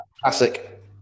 Classic